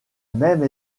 même